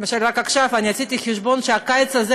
למשל: רק עכשיו עשיתי חשבון שהקיץ הזה,